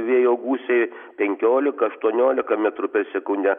vėjo gūsiai penkiolika aštuoniolika metrų per sekundę